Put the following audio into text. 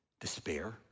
Despair